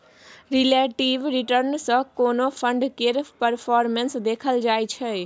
relative return सँ कोनो fund केर परफॉर्मेस देखल जाइ छै